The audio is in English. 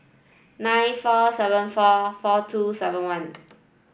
nine four seven four four two seven one